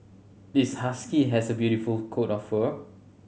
this husky has a beautiful coat of fur